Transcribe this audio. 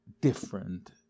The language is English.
different